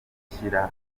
ugushyira